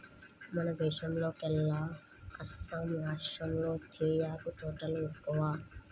మన దేశంలోకెల్లా అస్సాం రాష్టంలో తేయాకు తోటలు ఎక్కువ